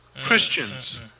Christians